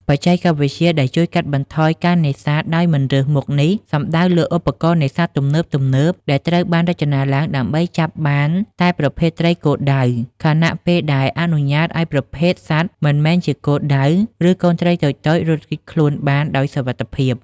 បច្ចេកវិទ្យាដែលជួយកាត់បន្ថយការនេសាទដោយមិនរើសមុខ នេះសំដៅលើឧបករណ៍នេសាទទំនើបៗដែលត្រូវបានរចនាឡើងដើម្បីចាប់បានតែប្រភេទត្រីគោលដៅ ខណៈពេលដែលអនុញ្ញាតឲ្យប្រភេទសត្វមិនមែនជាគោលដៅ ឬកូនត្រីតូចៗ រត់គេចខ្លួនបានដោយសុវត្ថិភាព។